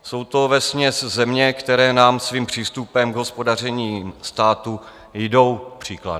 Jsou to vesměs země, které nám svým přístupem k hospodaření státu jdou příkladem.